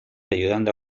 ayudando